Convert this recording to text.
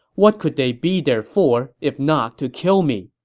what could they be there for if not to kill me?